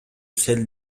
сел